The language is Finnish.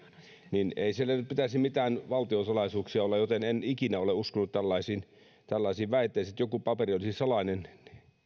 mutta ei siellä nyt pitäisi mitään valtiosalaisuuksia olla enkä ikinä ole uskonut tällaisiin tällaisiin väitteisiin että joku paperi olisi salainen